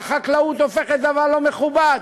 שהחקלאות הופכת לדבר לא מכובד,